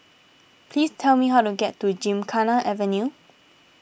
please tell me how to get to Gymkhana Avenue